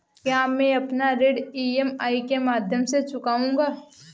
क्या मैं अपना ऋण ई.एम.आई के माध्यम से चुकाऊंगा?